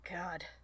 God